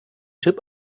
chip